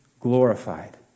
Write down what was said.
glorified